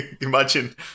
Imagine